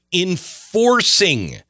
enforcing